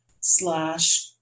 slash